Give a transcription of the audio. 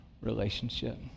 relationship